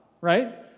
right